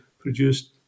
produced